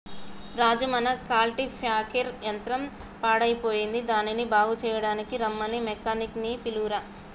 రాజు మన కల్టిప్యాకెర్ యంత్రం పాడయ్యిపోయింది దానిని బాగు సెయ్యడానికీ రమ్మని మెకానిక్ నీ పిలువురా